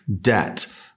debt